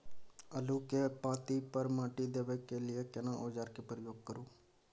आलू के पाँति पर माटी देबै के लिए केना औजार के प्रयोग करू?